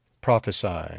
Prophesy